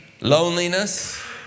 loneliness